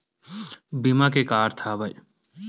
बीमा के का अर्थ हवय?